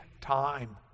time